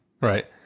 right